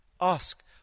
ask